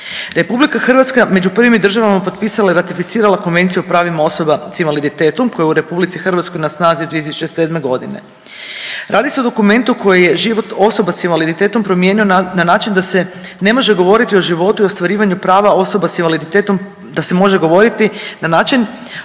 Republika Hrvatska među prvim je državama potpisala i ratificirala Konvenciju o pravima osoba sa invaliditetom koji je u Republici Hrvatskoj na snazi od 2007. godine. Radi se o dokumentu koji je život osoba sa invaliditetom promijenio na način da se ne može govoriti o životu i ostvarivanju prava osoba sa invaliditetom, da se može govoriti na način o životu